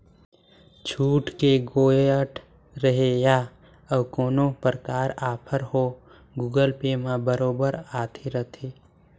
छुट के गोयठ रहें या अउ कोनो परकार आफर हो गुगल पे म बरोबर आते रथे